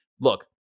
look